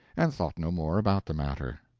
and thought no more about the matter.